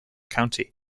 county